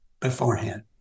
beforehand